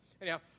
Anyhow